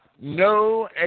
no